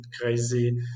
crazy